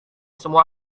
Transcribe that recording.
semua